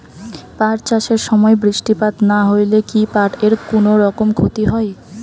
পাট চাষ এর সময় বৃষ্টিপাত না হইলে কি পাট এর কুনোরকম ক্ষতি হয়?